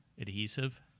adhesive